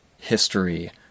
history